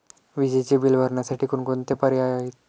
विजेचे बिल भरण्यासाठी कोणकोणते पर्याय आहेत?